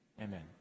Amen